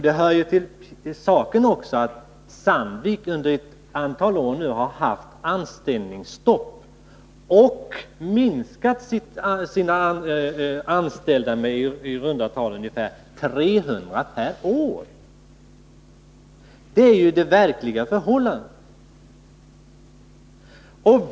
Det hör också till saken att Sandvik under ett antal år har haft anställningsstopp och minskat antalet anställda med i runda tal 300 personer per år. Det är det verkliga förhållandet.